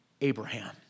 Abraham